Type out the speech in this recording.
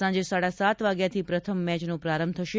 સાંજે સાડા સાત વાગ્યાથી પ્રથમ મેચનો પ્રારંભ થશે